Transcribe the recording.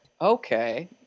Okay